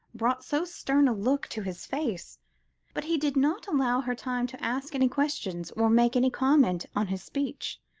brought so stern a look to his face but he did not allow her time to ask any questions, or make any comment on his speech,